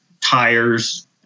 tires